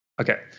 Okay